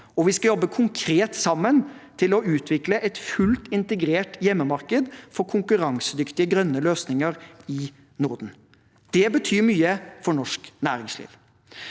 vi skal jobbe konkret sammen for å utvikle et fullt integrert hjemmemarked for konkurransedyktige grønne løsninger i Norden. Det betyr mye for norsk næringsliv.